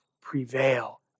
prevail